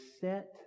set